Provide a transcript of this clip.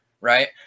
right